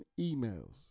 emails